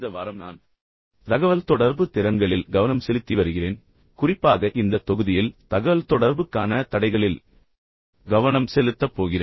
இந்த வாரம் நான் தகவல்தொடர்பு திறன்களில் கவனம் செலுத்தி வருகிறேன் குறிப்பாக இந்த தொகுதியில் தகவல்தொடர்புக்கான தடைகளில் கவனம் செலுத்தப் போகிறேன்